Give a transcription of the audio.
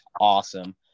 awesome